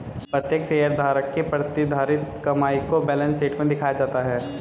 प्रत्येक शेयरधारक की प्रतिधारित कमाई को बैलेंस शीट में दिखाया जाता है